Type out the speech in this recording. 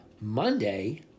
Monday